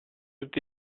tutti